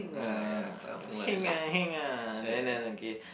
uh your heng ah heng ah okay